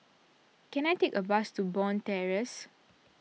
can I take a bus to Bond Terrace